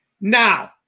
now